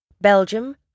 Belgium